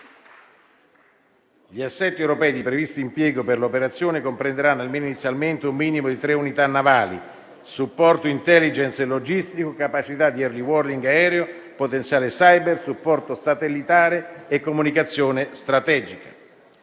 Gli assetti europei di previsto impiego per l'operazione comprenderanno, almeno inizialmente, un minimo di tre unità navali, supporto *intelligence* e logistico, capacità di *early warning* aereo, potenziale *cyber*, supporto satellitare e comunicazione strategica.